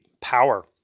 power